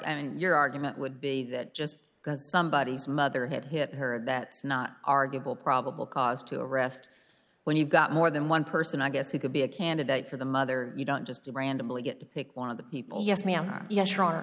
and your argument would be that just because somebody has motherhood hit her that not arguable probable cause to arrest when you've got more than one person i guess you could be a candidate for the mother you don't just randomly get picked one of the people yes ma'am ye